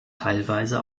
teilweise